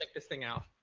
like this thing out.